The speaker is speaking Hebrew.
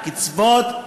עם הקצבאות.